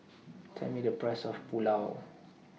Tell Me The Price of Pulao